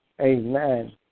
Amen